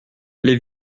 les